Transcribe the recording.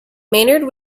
maynard